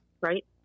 right